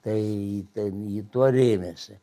tai ten ji tuo rėmėsi